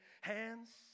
Hands